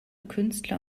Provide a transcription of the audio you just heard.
künstler